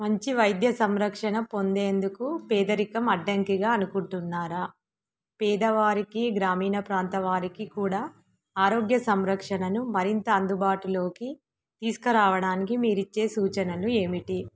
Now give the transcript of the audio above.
మంచి వైద్య సంరక్షణ పొందేందుకు పేదరికం అడ్డంకిగా అనుకుంటున్నారా పేదవారికి గ్రామీణ ప్రాంతం వారికి కూడా ఆరోగ్య సంరక్షణను మరింత అందుబాటులోకి తీసుకురావడానికి మీరిచ్చే సూచనలు ఏమిటి